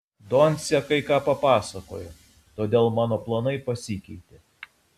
doncė kai ką papasakojo todėl mano planai pasikeitė